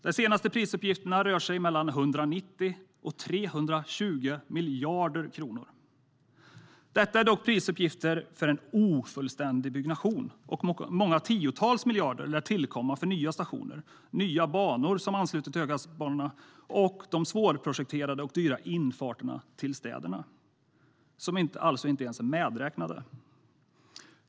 De senaste prisuppgifterna rör sig mellan 190 och 320 miljarder kronor. Detta är dock prisuppgifter för en ofullständig byggnation. Många tiotals miljarder lär tillkomma för nya stationer, nya banor som ansluter till höghastighetsbanorna samt de svårprojekterade och dyra infarterna till städerna, som alltså inte ens är medräknade.